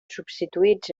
substituïts